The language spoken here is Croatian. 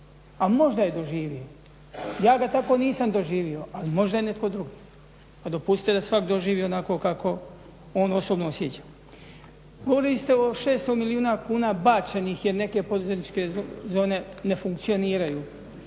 a možda je doživio. Ja ga tako nisam doživio ali možda je netko drugi. Pa dopustite da svak doživi onako kako on osobno osjeća. Govorili ste o 600 milijuna kuna bačenih jer neke poduzetničke zone ne funkcioniraju.